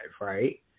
Right